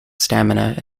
stamina